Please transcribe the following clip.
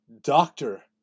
doctor